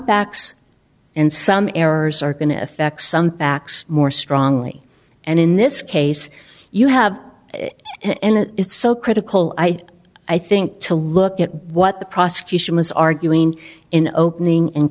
facts and some errors are going to affect some facts more strongly and in this case you have and it is so critical i i think to look at what the prosecution was arguing in opening and